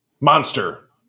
Monster